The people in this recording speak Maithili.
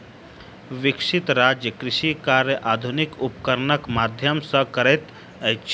विकसित राज्य कृषि कार्य आधुनिक उपकरणक माध्यम सॅ करैत अछि